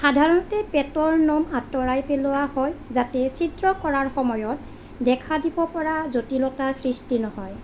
সাধাৰণতে পেটৰ নোম আঁতৰাই পেলোৱা হয় যাতে ছিদ্ৰ কৰাৰ সময়ত দেখা দিব পৰা জটিলতাৰ সৃষ্টি নহয়